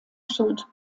schuld